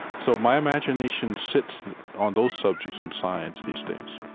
so my imagination sits on those subjects in science these days